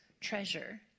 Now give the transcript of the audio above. treasure